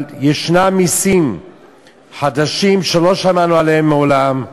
ישנם מסים חדשים שלא שמענו עליהם מעולם.